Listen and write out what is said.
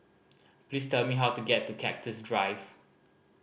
please tell me how to get to Cactus Drive